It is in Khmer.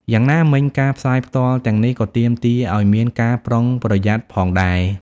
យ៉ាងណាមិញ ការផ្សាយផ្ទាល់ទាំងនេះក៏ទាមទារឱ្យមានការប្រុងប្រយ័ត្នផងដែរ។